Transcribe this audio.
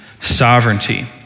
sovereignty